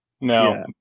no